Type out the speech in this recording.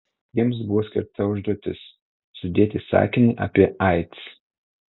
jiems buvo skirta užduotis sudėti sakinį apie aids